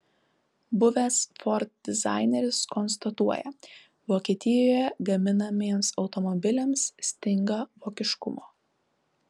buvęs ford dizaineris konstatuoja vokietijoje gaminamiems automobiliams stinga vokiškumo